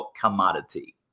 commodity